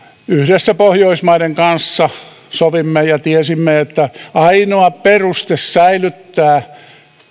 yhdessä pohjoismaiden kanssa sovimme ja tiesimme että ainoa peruste säilyttää